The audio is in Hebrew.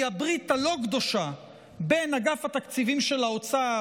הברית הלא-קדושה בין אגף התקציבים של האוצר,